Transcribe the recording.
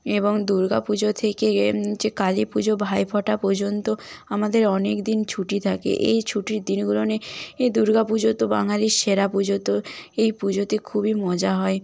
এবং দুর্গাপুজো থেকে এ যে কালীপুজো ভাইফোঁটা পর্যন্ত আমাদের অনেক দিন ছুটি থাকে এই ছুটির দিনগুলো এ দুর্গাপুজো তো বাঙালির সেরা পুজো তো এই পুজোতে খুবই মজা হয়